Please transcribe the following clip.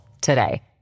today